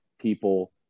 people